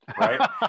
Right